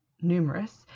numerous